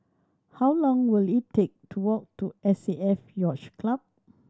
how long will it take to walk to S A F Yacht Club